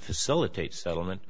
facilitate settlement